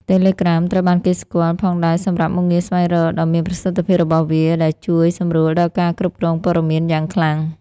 Telegram ត្រូវបានគេស្គាល់ផងដែរសម្រាប់ មុខងារស្វែងរក ដ៏មានប្រសិទ្ធភាពរបស់វា ដែលជួយសម្រួលដល់ការគ្រប់គ្រងព័ត៌មានយ៉ាងខ្លាំង។